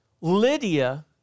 Lydia